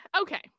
okay